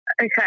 Okay